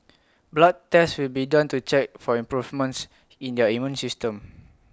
blood tests will be done to check for improvements in their immune systems